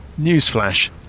Newsflash